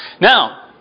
Now